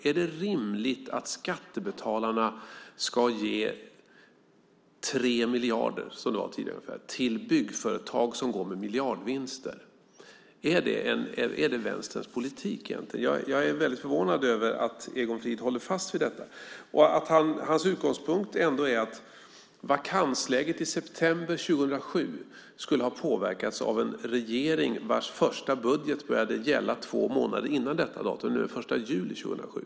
Är det rimligt att skattebetalarna ska ge 3 miljarder, som det var tidigare, till byggföretag som går med miljardvinster? Är det Vänsterns politik? Jag är väldigt förvånad över att Egon Frid håller fast vid detta. Hans utgångspunkt är att vakansläget i september 2007 skulle ha påverkats av en regering vars första budget började gälla två månader före detta datum, den 1 juli 2007.